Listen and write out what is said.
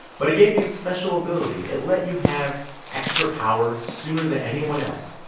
but it gave you this special ability. it let you have extra power sooner than anyone else,